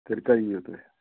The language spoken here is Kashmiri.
تیٚلہِ کَر ییو تُہۍ